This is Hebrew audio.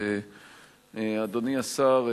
אדוני השר,